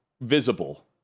visible